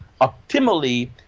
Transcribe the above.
optimally